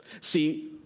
See